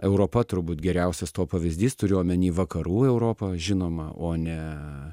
europa turbūt geriausias to pavyzdys turiu omeny vakarų europa žinoma o ne